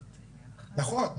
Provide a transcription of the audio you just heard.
נכון,